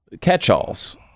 catch-alls